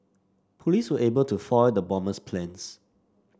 police were able to foil the bomber's plans